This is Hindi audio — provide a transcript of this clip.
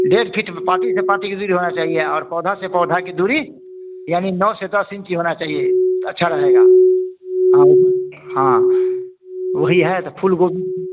डेढ़ फीट में पाती से पाती के दूरी होना चाहिए और पौधे से पौधे की दूरी यानी नौ से दस इंची होना चाहिए अच्छा रहेगा हाँ वह हाँ वही है तो फूल गोभी